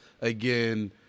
again